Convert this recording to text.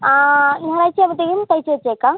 ആ തിങ്കളാഴ്ച്ച ആകുമ്പത്തേക്കും തയിച്ച് വെച്ചേക്കാം